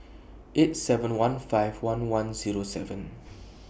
eight seven one five one one Zero seven